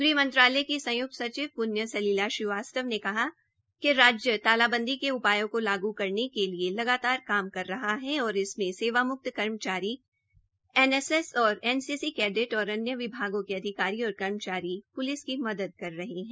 गृहमंत्रालय की संयुक्त सचिव पृण्य सलिला श्रीवास्तव ने कहा कि कि राज्य तालाबंदी के उपायों को लागू करने के लिए लगातार काम कर रहे है और इसमें सेवामुक्त कर्मचारी एनएसएस और एनसीसी कैडेट और अन्य विभागों के अधिकारी और कर्मचारी पुलिस की मदद कर रहे है